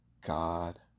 God